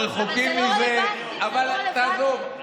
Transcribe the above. רחוקים, אבל תעזוב.